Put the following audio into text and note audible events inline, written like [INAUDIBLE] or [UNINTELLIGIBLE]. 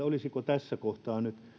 [UNINTELLIGIBLE] olisiko tässä kohtaa nyt